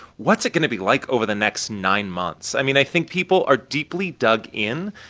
what's it going to be like over the next nine months? i mean, i think people are deeply dug in.